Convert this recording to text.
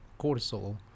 cortisol